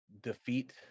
defeat